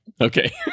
Okay